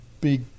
big